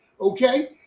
okay